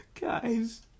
Guys